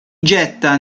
getta